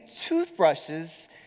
toothbrushes